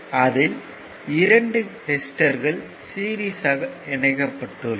அதில் இரண்டு ரெசிஸ்டர்கள் சீரிஸ்யாக இணைக்கப்பட்டுள்ளது